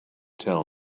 tell